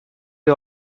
the